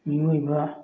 ꯃꯤꯑꯣꯏꯕ